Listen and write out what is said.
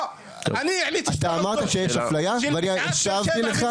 אתה אמרת שיש אפליה ואני השבתי לך.